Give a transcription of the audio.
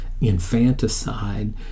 infanticide